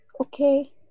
Okay